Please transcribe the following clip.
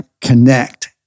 connect